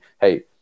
Hey